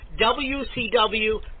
WCW